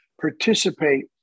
participate